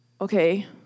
okay